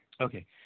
Okay